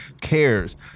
cares